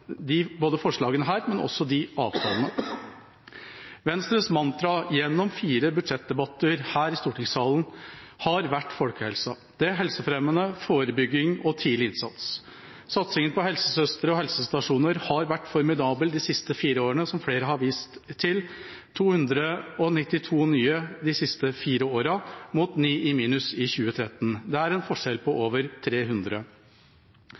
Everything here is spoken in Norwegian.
de siste fire årene, som flere har vist til – 292 nye de siste fire årene, mot 9 i minus i 2013. Det er en forskjell på over 300.